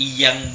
yang